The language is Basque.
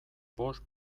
bost